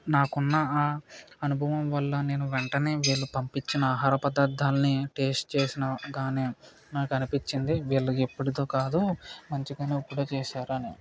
నాకున్న ఆ అనుభవం వల్ల నేను వెంటనే వీళ్ళు పంపించిన ఆహార పదార్ధాల్ని టేస్ట్ చేసినాక నాకు అనిపించింది వీళ్ళు ఎప్పడిదో కాదు మంచిగా ఇప్పుడే చేశారని